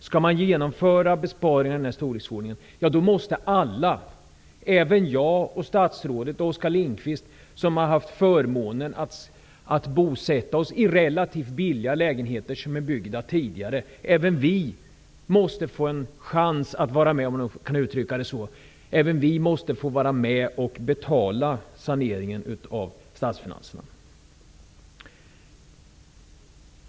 Skall en besparing i den storleksordningen genomföras, måste alla -- även jag, statsrådet och Oskar Lindkvist -- som har haft förmånen att bosätta sig i relativt billiga lägenheter byggda tidigare få en chans att vara med och betala saneringen av statsfinanserna.